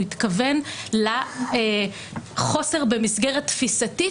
הוא התכוון לחוסר במסגרת תפיסתית,